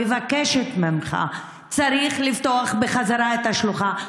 מבקשת ממך: צריך לפתוח בחזרה את השלוחה.